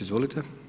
Izvolite.